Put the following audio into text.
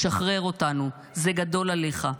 שחרר אותנו, זה גדול עליך.